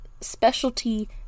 specialty